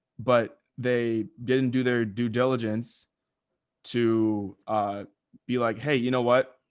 but they didn't do their due diligence to be like, hey, you know, what,